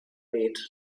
need